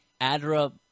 Adra